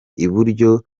iburyo